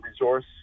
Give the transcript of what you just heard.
resource